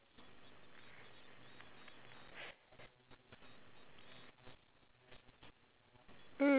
uh why about like a thing oh wait wait you didn't play luge before right and then it was your first time with me